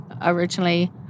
originally